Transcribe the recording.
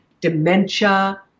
dementia